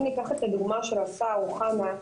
אם ניקח את הדוגמה של השר אוחנה,